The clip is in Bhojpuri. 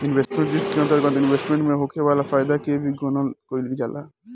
इन्वेस्टमेंट रिस्क के अंतरगत इन्वेस्टमेंट से होखे वाला फायदा के भी गनना कईल जाला